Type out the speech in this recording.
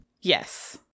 Yes